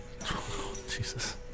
Jesus